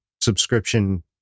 subscription